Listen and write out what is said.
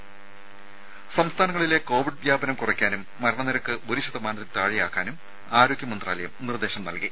ത സംസ്ഥാനങ്ങളിലെ കോവിഡ് വ്യാപനം കുറയ്ക്കാനും മരണനിരക്ക് ഒരു ശതമാനത്തിൽ താഴെയാക്കാനും ആരോഗ്യ മന്ത്രാലയം നിർദ്ദേശം നൽകി